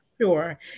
Sure